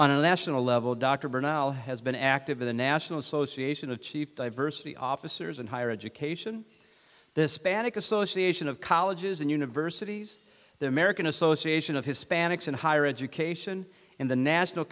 on a national level dr bernanke has been active in the national association of chief diversity officer is in higher education this panic association of colleges and universities the american association of hispanics and higher education in the national